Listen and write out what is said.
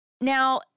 Now